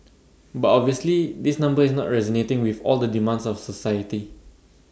but obviously this number is not resonating with all the demands of society